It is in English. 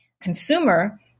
consumer